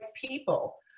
people